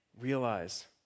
realize